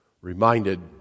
reminded